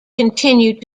continue